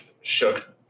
shook